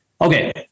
okay